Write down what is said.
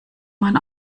man